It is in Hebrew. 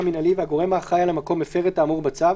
מינהלי והגורם האחראי על המקום הפר אתה אמור בצו,